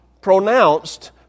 pronounced